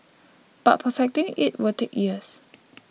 but perfecting it will take years